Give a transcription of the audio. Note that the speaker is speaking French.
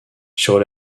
sur